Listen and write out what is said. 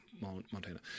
Montana